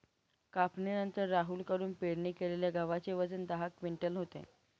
कापणीनंतर राहुल कडून पेरणी केलेल्या गव्हाचे वजन दहा क्विंटल होते